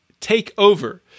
takeover